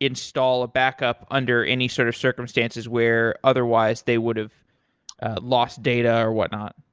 install a backup under any sort of circumstances where otherwise they would have lost data or whatnot?